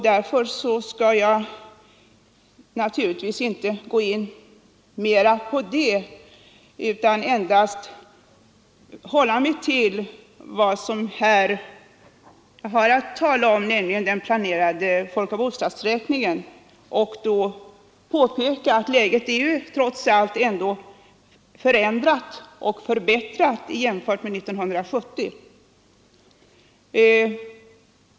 Därför skall jag inte gå in mera på det utan hålla mig till vad jag här har att tala om, nämligen den planerade folkoch bostadsräkningen. Trots allt är läget förändrat och förbättrat jämfört med 1970.